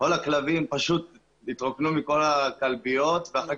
כל הכלבים פשוט התרוקנו מכל הכלביות ואחר